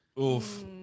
Oof